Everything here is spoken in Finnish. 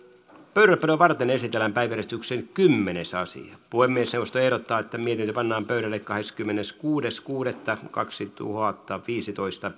pöydällepanoa varten esitellään päiväjärjestyksen kymmenes asia puhemiesneuvosto ehdottaa että mietintö pannaan pöydälle kahdeskymmeneskuudes kuudetta kaksituhattaviisitoista